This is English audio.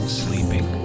sleeping